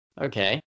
Okay